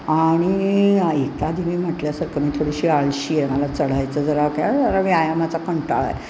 आणि एक आधी मी म्हटल्यासारखं मी थोडीशी आळशी आहे मला चढायचं जरा क्या जरा व्यायामाचा कंटाळा आहे